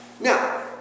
Now